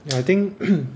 ya I think